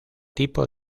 tipo